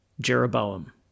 Jeroboam